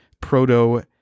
proto